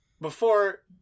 Before-